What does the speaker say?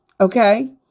Okay